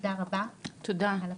תודה רבה על הכל.